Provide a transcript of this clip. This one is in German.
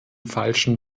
falschen